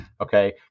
Okay